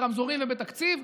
ברמזורים ובתקציב.